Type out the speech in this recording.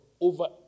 over